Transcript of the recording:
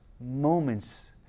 moments